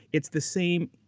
it's the same,